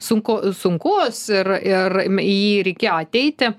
sunku sunkus ir ir į jį reikėjo ateiti